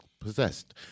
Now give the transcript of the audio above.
possessed